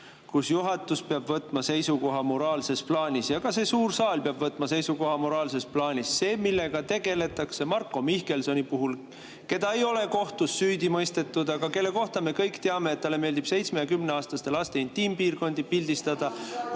kus juhatus peab võtma seisukoha moraalses plaanis ja ka see suur saal peab võtma seisukoha moraalses plaanis. See, millega tegeldakse Marko Mihkelsoni puhul, keda ei ole kohtus süüdi mõistetud, aga kelle kohta me kõik teame, et talle meeldib 7- ja 10-aastaste laste intiimpiirkondi pildistada,